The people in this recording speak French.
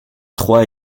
trois